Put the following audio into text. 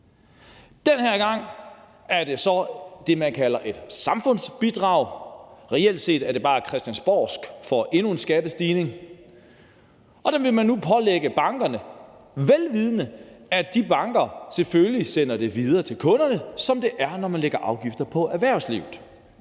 Den her gang er det så det, man kalder et samfundsbidrag – reelt set er det bare christiansborgsk for endnu en skattestigning – og det vil man nu pålægge bankerne vel vidende, at de banker selvfølgelig sender det videre til kunderne, som det er, når man lægger afgifter på erhvervslivet.